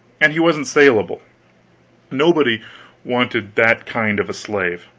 and he wasn't salable nobody wanted that kind of a slave.